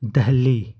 Delhi